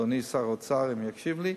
אדוני שר האוצר, אם יקשיב לי,